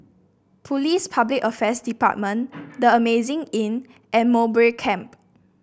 Police Public Affairs Department The Amazing Inn and Mowbray Camp